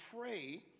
pray